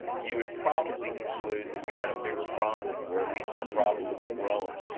you would probably conclude that we had a bigger problem, or at least our problem was growing.